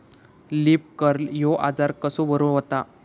Leaf curl ह्यो आजार कसो बरो व्हता?